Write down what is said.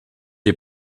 est